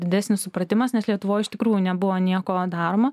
didesnis supratimas nes lietuvoj iš tikrųjų nebuvo nieko daroma